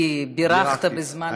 כי בירכת בזמן הנאום.